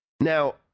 Now